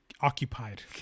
Occupied